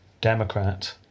Democrat